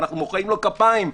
ואנחנו מוחאים לו כפיים.